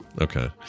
Okay